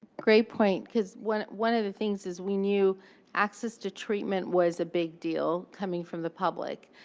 great point, because one one of the things is we knew access to treatment was a big deal coming from the public.